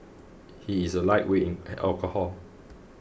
he is a lightweight in alcohol